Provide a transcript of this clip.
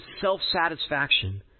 self-satisfaction